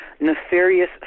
nefarious